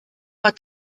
war